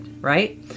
right